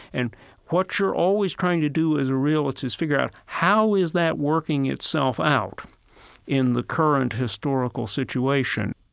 and what you're always trying to do as a realist is to figure out how is that working itself out in the current historical situation?